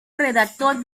redactor